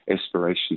aspirations